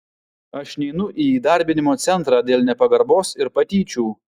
aš neinu į įdarbinimo centrą dėl nepagarbos ir patyčių